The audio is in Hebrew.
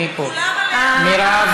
אני פה, מירב.